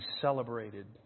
celebrated